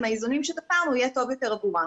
עם האיזונים שתפרנו יהיה טוב יותר עבורם.